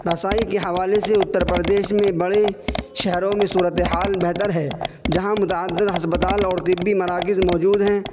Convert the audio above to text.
رسائی کے حوالے سے اتّر پردیش میں بڑے شہروں میں صورت حال بہتر ہے جہاں متعدد ہسپتال اور طبی مراکز موجود ہیں